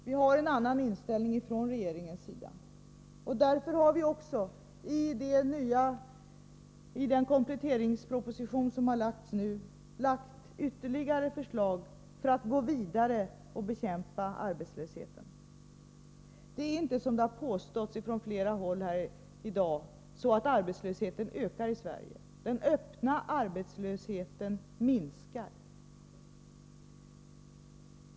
Vi har en annan inställning från regeringens sida, och därför har vi också i den kompletteringsproposition som nu har lagts fram presenterat ytterligare förslag för att gå vidare och bekämpa arbetslösheten. Det är inte så, som har påståtts från flera håll här i dag, att arbetslösheten ökar i Sverige. Den öppna arbetslösheten minskar.